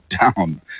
down